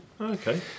Okay